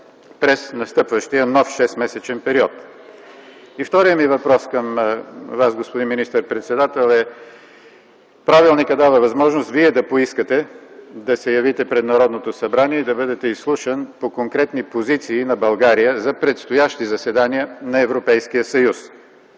през настъпващия нов шестмесечен период? Вторият ми въпрос към Вас, господин председател, е – правилникът дава възможност Вие да поискате да се явите пред Народното събрание и да бъдете изслушан по конкретни позиции на България за предстоящи заседания на Европейския съюз.